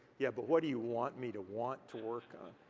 yeah, but what do you want me to want to work on?